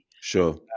Sure